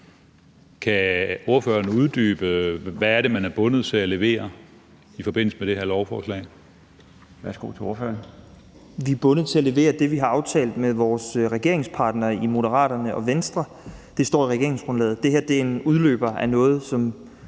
Kan ordføreren uddybe, hvad det er, man er bundet til levere i forbindelse med det her lovforslag? Kl. 12:14 Den fg. formand (Bjarne Laustsen): Værsgo til ordføreren. Kl. 12:14 Frederik Vad (S): Vi er bundet til at levere det, vi har aftalt med vores regeringspartnere i Moderaterne og Venstre. Det står i regeringsgrundlaget. Det her er en udløber af noget, som